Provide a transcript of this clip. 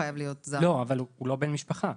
לא, אבל הוא לא בן משפחה.